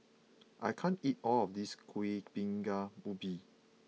I can't eat all of this Kuih Bingka Ubi